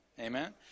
Amen